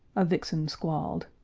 a vixen squalled.